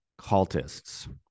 cultists